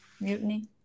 mutiny